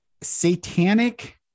satanic